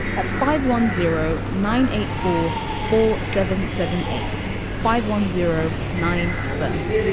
that's five one zero nine eight four four seven seven eight five one zero nine first.